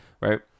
right